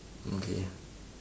okay